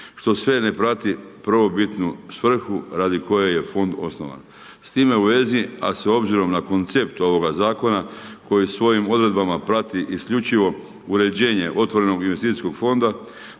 što sve ne prati prvobitnu svrhu radi koje je fond osnovan. S time u vezi a s obzirom na koncept ovoga zakona koji svojim odredbama prati isključivo uređenje otvorenog investicijskog fonda,